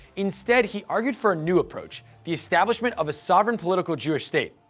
instead he argued for a new approach, the establishment of a sovereign political jewish state.